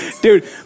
Dude